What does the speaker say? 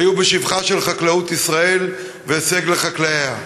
היו בשבחה של חקלאות ישראל והישגי חקלאיה.